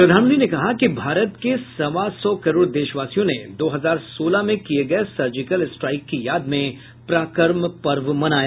प्रधानमंत्री ने कहा कि भारत के सवा सौ करोड़ देशवासियों ने दो हजार सोलह में किए गए सर्जिकल स्ट्राइक की याद में पराक्रम पर्व मनाया